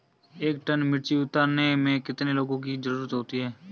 एक टन मिर्ची उतारने में कितने लोगों की ज़रुरत होती है?